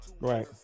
right